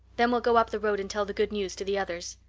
then we'll go up the road and tell the good news to the others.